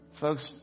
Folks